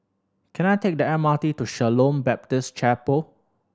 can I take the M R T to Shalom Baptist Chapel